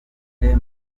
bahise